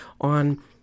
on